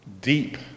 Deep